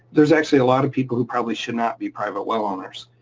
there's actually a lot of people who probably should not be private well owners.